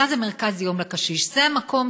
מה זה מרכז יום לקשיש: זה המקום,